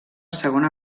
segona